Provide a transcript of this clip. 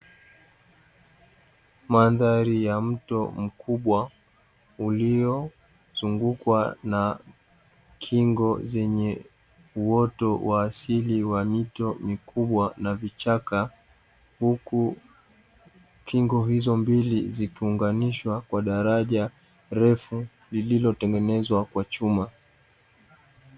Mandhari ya mto mkubwa uliozungukwa na kingo zenye uoto wa asili wa mito mikubwa na vichaka, huku kingo hizo mbili zikiunganishwa kwa daraja refu lililo tengenezwa kwa chuma.